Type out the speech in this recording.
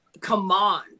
command